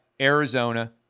Arizona